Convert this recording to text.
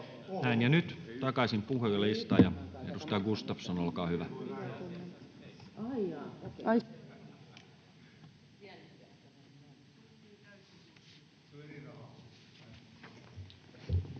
Nyt takaisin puhujalistaan. — Edustaja Gustafsson, olkaa hyvä.